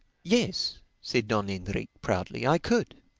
yes, said don enrique proudly i could.